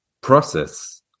process